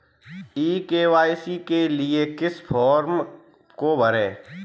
ई KYC के लिए किस फ्रॉम को भरें?